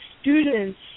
student's